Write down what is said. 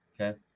Okay